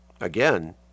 Again